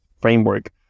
framework